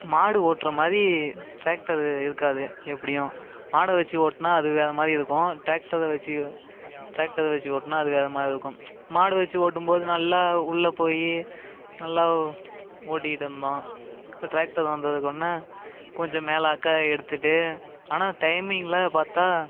மாடு ஓட்டுற மாதிரி டிராக்டர் இருக்காது எப்படியும் மாடு வச்சு ஓட்டினா அது வேறு மாதிரி இருக்கும் டிராக்டரை வச்சு டிராக்டரை வச்சு ஓட்டினா அது வேறு மாதிரி இருக்கும் மாடு வச்சு ஓட்டும்போது நல்லா உள்ளே போய் நல்லா ஓட்டிக்கிட்டு இருந்தோம் இப்போ டிராக்டர் வந்ததுக்கொன்னே கொஞ்சம் மேலாக எடுத்துகிட்டு ஆனால் டைமிங்கில் பார்த்தா